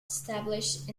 established